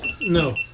No